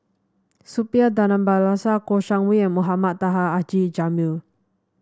Suppiah Dhanabalan Kouo Shang Wei and Mohamed Taha Haji Jamil